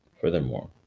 Furthermore